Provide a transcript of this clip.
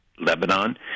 Lebanon